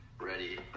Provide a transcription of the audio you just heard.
ready